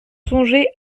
songer